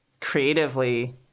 creatively